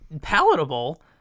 palatable